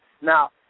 Now